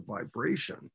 vibration